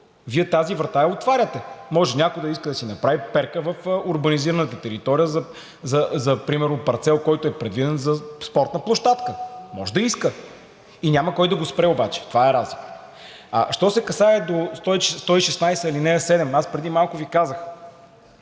Вие тази врата я отваряте. Може някой да иска да си направи перка в урбанизираната територия – примерно на парцел, който е предвиден за спортна площадка, може да иска и няма кой да го спре обаче – това е разликата. А що се касае до чл. 116, ал. 7, аз преди малко Ви казах.